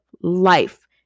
life